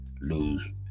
lose